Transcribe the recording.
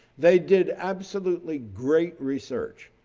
they did absolutely great research,